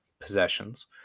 possessions